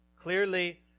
Clearly